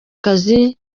kazi